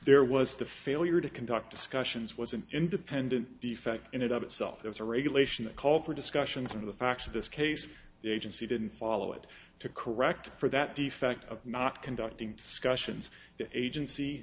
there was the failure to conduct discussions was an independent defect in and of itself there's a regulation that call for discussions of the facts of this case the agency didn't follow it to correct for that defect of not conducting discussions the agency